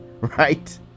right